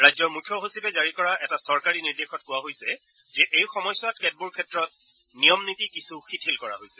ৰাজ্যৰ মুখ্য সচিবে জাৰি কৰা এটা চৰকাৰী নিৰ্দেশত কোৱা হৈছে যে এই সময়ছোৱাত কেতবোৰ ক্ষেত্ৰত নিয়ম নীতি কিছু শিথিল কৰা হৈছে